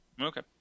Okay